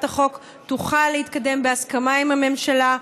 החוק תוכל להתקדם בהסכמה עם הממשלה.